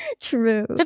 true